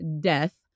death